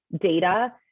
data